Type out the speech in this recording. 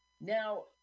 Now